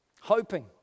hoping